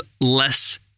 less